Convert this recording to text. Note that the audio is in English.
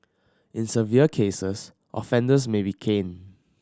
in severe cases offenders may be caned